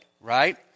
right